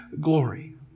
glory